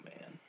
man